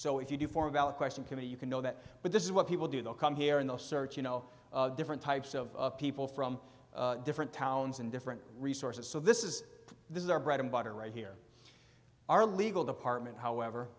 so if you do for a valid question committee you can know that but this is what people do they'll come here and they'll search you know different types of people from different towns and different resources so this is this is our bread and butter right here our legal department however